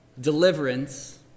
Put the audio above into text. deliverance